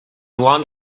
one